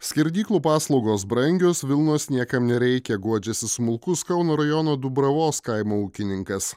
skerdyklų paslaugos brangios vilnos niekam nereikia guodžiasi smulkus kauno rajono dubravos kaimo ūkininkas